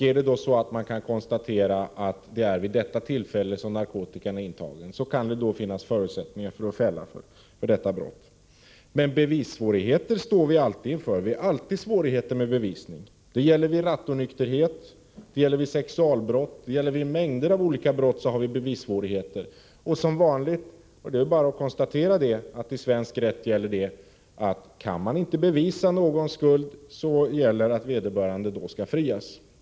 Kan man då konstatera att det är vid detta tillfälle som narkotikan är intagen, kan det finnas förutsättningar för att fälla någon för detta brott. Bevissvårigheter står vi emellertid alltid inför. Det gäller vid rattonykterhet, sexualbrott och vid mängder av andra brott. Som vanligt, vilket bara är att konstatera, gäller i svensk rätt att om man inte kan bevisa någons skuld skall vederbörande frias.